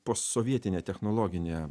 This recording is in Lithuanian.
posovietine technologinė